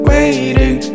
Waiting